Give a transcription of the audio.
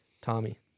Tommy